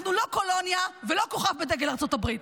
אנחנו לא קולוניה ולא כוכב בדגל ארצות הברית.